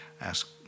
ask